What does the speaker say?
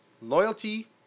Loyalty